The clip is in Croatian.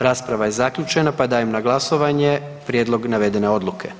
Rasprava je zaključena pa dajem na glasovanje prijedlog navedene Odluke.